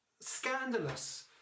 scandalous